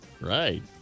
right